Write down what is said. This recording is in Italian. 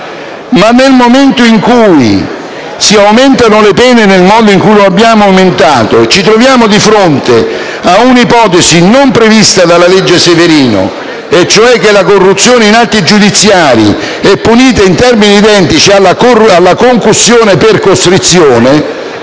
Nel momento, però, in cui si aumentano le pene nel modo in cui le abbiamo aumentate e ci troviamo di fronte ad un'ipotesi non prevista dalla legge Severino, e cioè che la corruzione in atti giudiziari è punita in termini identici alla concussione per costrizione,